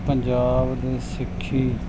ਪੰਜਾਬ ਦੀ ਸਿੱਖੀ